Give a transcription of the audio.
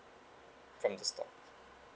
from the store